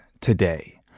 today